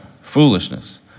Foolishness